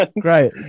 great